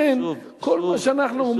כל מה שאנחנו אומרים,